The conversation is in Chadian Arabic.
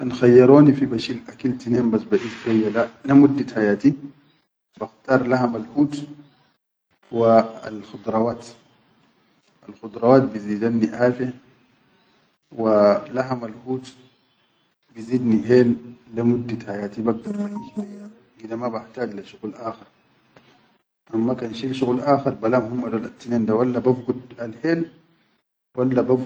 Kan khayyaroni ti bashil akil tinen ba baʼish beyya le muddit hayati, bakhtar lahamal hut wa al khudrawat. Al khudrawat bizidanni aafe, wa lahamal hut bizidni hel le muddit hayati bagdar baʼish beyya gide ma bahtaj le shuqul aakhar, amma kan shil shuqul akhar balam humma dol attinen dol da walla bafgud alhel wal.